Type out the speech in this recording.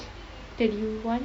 thirty one